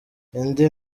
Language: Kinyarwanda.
indi